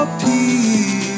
peace